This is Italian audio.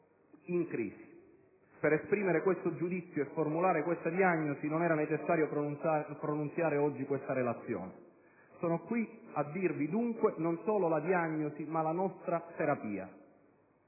in crisi. Per esprimere questo giudizio e formulare questa diagnosi non era necessario pronunziare questa relazione oggi. Sono qui a dirvi, dunque, non solo la diagnosi, ma la nostra terapia.